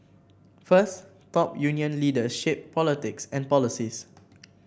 first top union leaders shape politics and policies